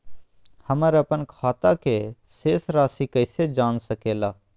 हमर अपन खाता के शेष रासि कैसे जान सके ला?